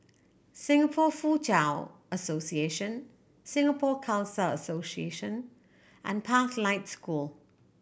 Singapore Foochow Association Singapore Khalsa Association and Pathlight School